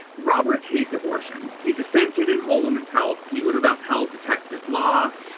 roberts hates abortion. he dissented in whole woman's health. he would have upheld the texas law.